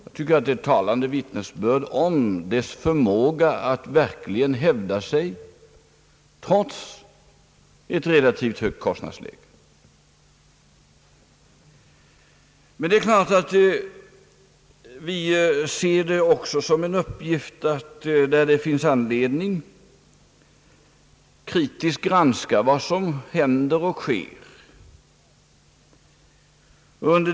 Jag tycker att det är ett talande vittnesbörd om dess förmåga att verkligen hävda sig, trots ett relativt högt kostnadsläge. Men det är klart att vi också ser det som en uppgift att, där anledning finns, kritiskt granska vad som händer och sker inom industrin.